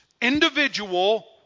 individual